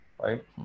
right